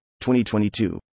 2022